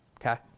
Okay